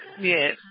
Yes